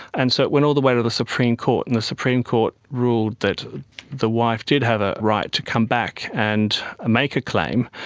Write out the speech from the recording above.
and so it went all the way to the supreme court. and the supreme court ruled that the wife did have a right to come back and make a claim.